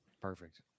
Perfect